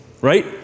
right